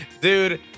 dude